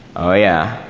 oh, yeah.